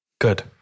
Good